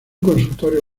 consultorio